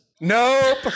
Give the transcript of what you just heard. Nope